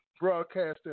Broadcasting